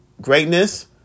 greatness